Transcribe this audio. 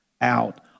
out